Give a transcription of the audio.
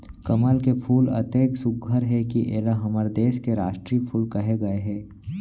कमल के फूल ह अतेक सुग्घर हे कि एला हमर देस के रास्टीय फूल कहे गए हे